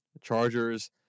Chargers